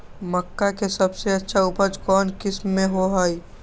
मक्का के सबसे अच्छा उपज कौन किस्म के होअ ह?